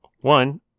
one